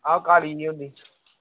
आं घर दी इयै